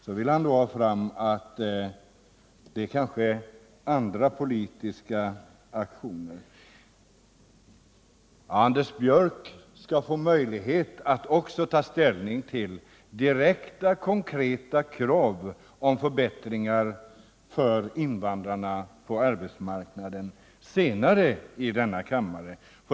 Så vill han då ha fram att det kanske är andra politiska aktioner bakom. Anders Björck skall få möjlighet att också ta ställning till direkta konkreta krav om förbättringar för invandrarna på arbetsmarknaden något senare i denna kammare.